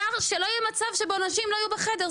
לפיה לא יהיה מצב שבו נשים לא יהיו בחדר.